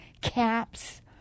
caps